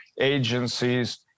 agencies